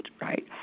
right